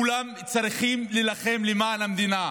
כולם צריכים להילחם למען המדינה.